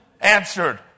answered